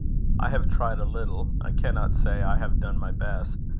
i have tried a little. i cannot say i have done my best.